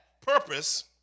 purpose